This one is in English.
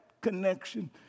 connection